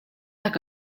dak